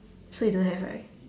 so you don't have right